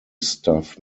staff